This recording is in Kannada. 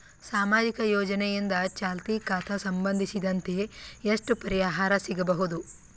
ಸಾಮಾಜಿಕ ಯೋಜನೆಯಿಂದ ಚಾಲತಿ ಖಾತಾ ಸಂಬಂಧಿಸಿದಂತೆ ಎಷ್ಟು ಪರಿಹಾರ ಸಿಗಬಹುದು?